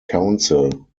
council